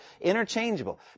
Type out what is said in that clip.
interchangeable